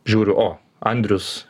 žiūriu o andrius